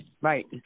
right